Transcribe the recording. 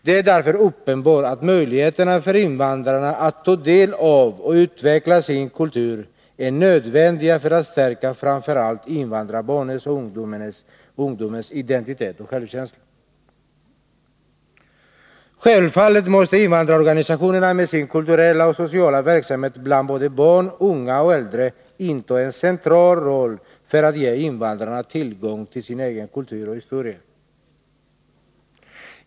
Det är därför uppenbart att möjligheter för invandrarna att ta del av och utveckla sin kultur är nödvändiga förutsättningar för att framför allt invandrarbarnen och invandrarungdomen skall kunna stärka sin identitet och självkänsla. Självfallet måste invandrarorganisationerna med sin kulturella och sociala verksamhet bland barn, unga och äldre inta en central roll för att ge invandrarna tillgång till sin kultur och historia.